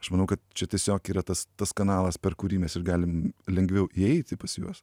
aš manau kad čia tiesiog yra tas tas kanalas per kurį mes ir galim lengviau įeiti pas juos